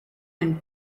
and